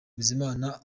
bizimana